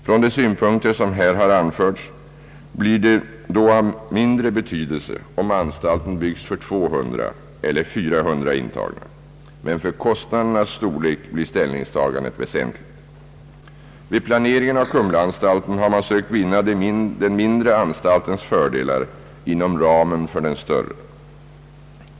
Från de synpunkter som här har anförts blir det då av mindre betydelse om anstalten byggs för 200 eller 400 intagna. Men för kostnadernas storlek blir ställningstagandet väsentligt. har man sökt vinna den mindre anstaltens fördelar inom ramen för den större.